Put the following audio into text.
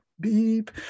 beep